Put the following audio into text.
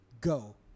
Go